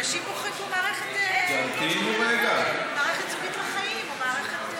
אנשים בוחרים במערכת זוגית לחיים או מערכת,